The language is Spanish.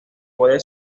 puede